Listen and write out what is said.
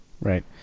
Right